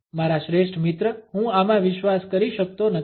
મારા શ્રેષ્ઠ મિત્ર હું આમાં વિશ્વાસ કરી શકતો નથી